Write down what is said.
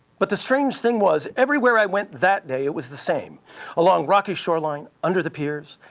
but the strange thing was, everywhere i went that day it was the same along rocky shoreline, under the peers,